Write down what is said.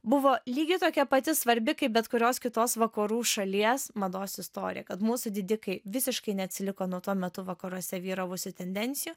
buvo lygiai tokia pati svarbi kaip bet kurios kitos vakarų šalies mados istorija kad mūsų didikai visiškai neatsiliko nuo tuo metu vakaruose vyravusių tendencijų